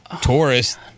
tourist